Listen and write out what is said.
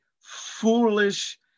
foolish